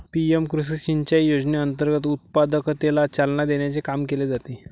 PM Krishi Sinchai योजनेअंतर्गत उत्पादकतेला चालना देण्याचे काम केले जाते